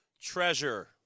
treasure